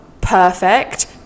perfect